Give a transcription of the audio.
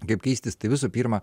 kaip keistis tai visų pirma